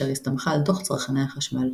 אשר הסתמכה על דו"ח צרכני החשמל.